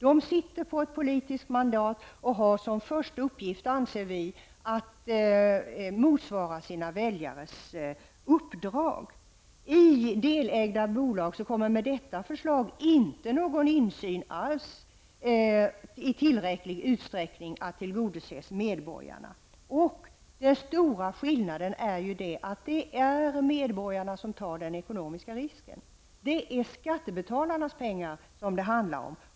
De sitter på ett politiskt mandat och har som första uppgift, anser vi, att motsvara sina väljares uppdrag. I delägda bolag får man, med detta förslag, inte insyn i tillräcklig utsträckning för att tillgodose medborgarnas intressen. Den stora skillnaden är att det är medborgarna som tar den ekonomiska risken. Det är skattebetalarnas pengar som det handlar om.